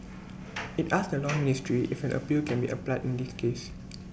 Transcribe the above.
IT asked the law ministry if an appeal can be applied in this case